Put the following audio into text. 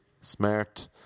smart